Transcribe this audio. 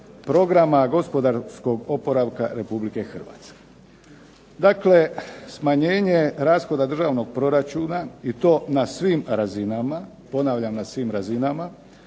programa gospodarskog oporavka Republike Hrvatske. Dakle, smanjenje rashoda državnog proračuna i to na svim razinama, ponavljam na svim razinama,